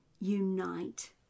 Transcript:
unite